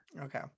Okay